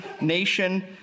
nation